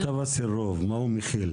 מכתב הסירוב, מה הוא מכיל?